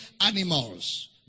animals